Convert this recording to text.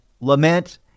lament